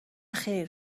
خیر